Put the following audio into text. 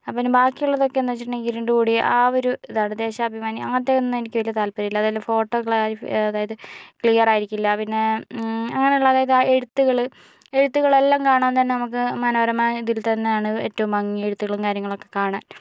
അപ്പോൾ പിന്നെ ബാക്കിയുള്ളതൊക്കെ എന്താന്ന് വച്ചിട്ടുണ്ടെങ്കിൽ ഇരുണ്ട് കൂടിയ ആ ഒരു ഇതാണ് ദേശാഭിമാനി അങ്ങനത്തെ ഒന്നും എനിയ്ക്ക് വലിയ താൽപ്പര്യം ഇല്ല അതില് ഫോട്ടോ ക്ലാരിഫൈ അതായത് ക്ലിയർ ആയിരിക്കില്ല പിന്നെ അങ്ങനെള്ള അതായത് ആ എഴുത്തുകള് എഴുത്തുകളെല്ലാം കാണാൻ തന്നെ നമുക്ക് മനോരമ ഇതിൽ തന്നെയാണ് ഏറ്റവും ഭംഗി എഴുത്തുകളും കാര്യങ്ങളൊക്കെ കാണാൻ